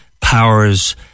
Powers